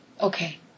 Okay